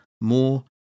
more